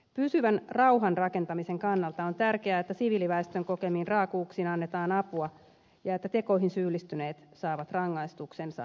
pysyvän rauhan rakentamisen kannalta on tärkeää että siviiliväestön kokemiin raakuuksiin annetaan apua ja että tekoihin syyllistyneet saavat rangaistuksensa tuomioistuimissa